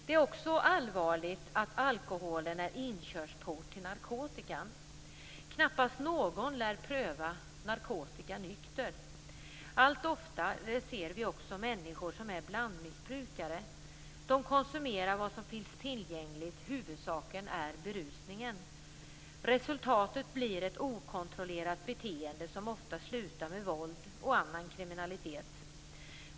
Det är också allvarligt att alkohol är inkörsport till narkotika. Knappast någon lär pröva narkotika nykter. Allt oftare ser vi också människor som är blandmissbrukare. De konsumerar vad som finns tillgängligt, huvudsaken är berusningen. Resultatet blir ett okontrollerat beteende som ofta slutar med våld och annan kriminalitet.